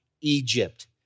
Egypt